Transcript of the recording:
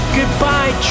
Goodbye